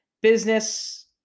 Business